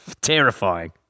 terrifying